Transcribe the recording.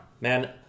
man